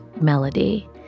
melody